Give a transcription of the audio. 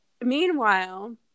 meanwhile